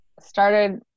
started